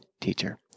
teacher